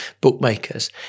Bookmakers